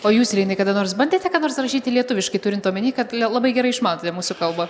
o jūs reinai kada nors bandėte ką nors rašyti lietuviškai turint omeny kad labai gerai išmanote mūsų kalbą